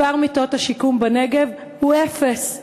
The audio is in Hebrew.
מספר מיטות השיקום בנגב הוא אפס.